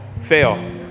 fail